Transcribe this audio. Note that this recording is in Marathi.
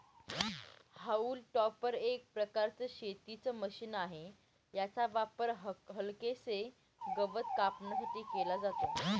हाऊल टॉपर एक प्रकारचं शेतीच मशीन आहे, याचा वापर हलकेसे गवत कापण्यासाठी केला जातो